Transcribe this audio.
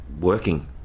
working